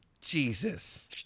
Jesus